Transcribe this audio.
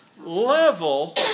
level